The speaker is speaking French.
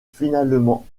finalement